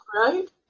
right